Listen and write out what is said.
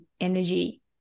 energy